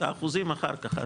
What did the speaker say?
האחוזים אחר כך.